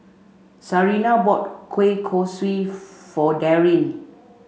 Sarina bought Kueh Kosui for Darin